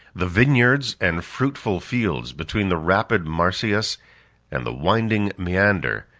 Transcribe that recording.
the vineyards and fruitful fields, between the rapid marsyas and the winding maeander,